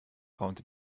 raunte